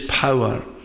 power